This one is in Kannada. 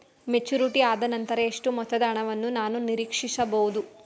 ಮೆಚುರಿಟಿ ಆದನಂತರ ಎಷ್ಟು ಮೊತ್ತದ ಹಣವನ್ನು ನಾನು ನೀರೀಕ್ಷಿಸ ಬಹುದು?